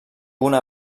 una